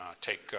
take